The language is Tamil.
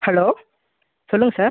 ஹலோ சொல்லுங்கள் சார்